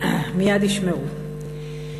מייד ישמעו.